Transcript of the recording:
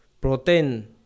Protein